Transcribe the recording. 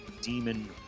Demon